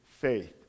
faith